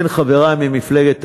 כן, חברי ממפלגת העבודה,